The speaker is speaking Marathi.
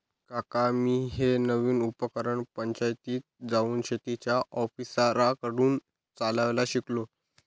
काका मी हे नवीन उपकरण पंचायतीत जाऊन शेतीच्या ऑफिसरांकडून चालवायला शिकलो